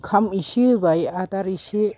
ओंखाम इसे होबाय आदार इसे